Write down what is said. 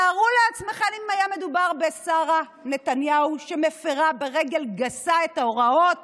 תארו לעצמכם אם היה מדובר בשרה נתניהו שמפירה ברגל גסה את ההוראות